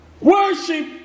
Worship